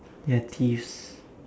ya thieves